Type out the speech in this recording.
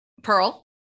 Pearl